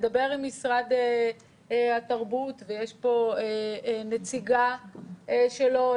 לדבר עם משרד התרבות ויש פה נציגה שלו,